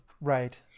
right